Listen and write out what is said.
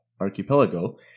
Archipelago